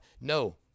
no